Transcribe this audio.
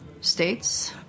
states